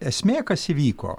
esmė kas įvyko